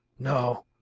no.